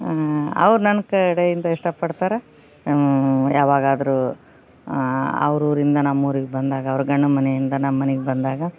ಅವ್ರ ನನ್ನ ಕಡೆಯಿಂದ ಇಷ್ಟ ಪಡ್ತಾರ ಯಾವಾಗಾದರು ಅವರೂರಿಂದ ನಮ್ಮೂರಿಗೆ ಬಂದಾಗ ಅವ್ರ ಗಂಡನ ಮನೆಯಿಂದ ನಮ್ಮನೆಗೆ ಬಂದಾಗ